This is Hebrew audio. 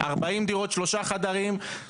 40 דירות שלושה חדרים,